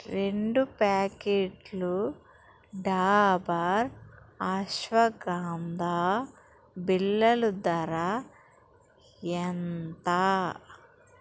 రెండు ప్యాకెట్లు డాబర్ అశ్వగాంధా బిళ్ళలు ధర ఎంత